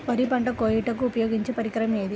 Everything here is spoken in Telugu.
వరి పంట కోయుటకు ఉపయోగించే పరికరం ఏది?